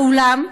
באולם,